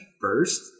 first